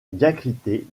diacritée